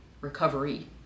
recovery